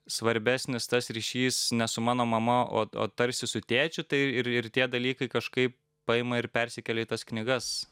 svarbesnis tas ryšys ne su mano mama o o tarsi su tėčiu tai ir ir tie dalykai kažkaip paima ir persikelia į tas knygas